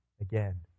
again